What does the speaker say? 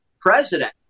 president